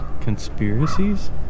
Conspiracies